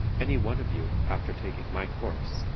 any one of you, after taking my course,